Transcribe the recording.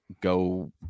go